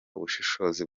ubushishozi